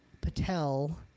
Patel